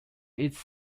its